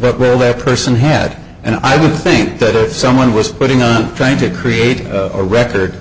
but well that person had and i would think that if someone was putting on trying to create a record